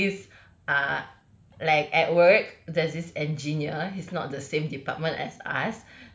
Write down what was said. if ah like at work there's this engineer he's not the same department as us